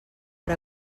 per